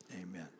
amen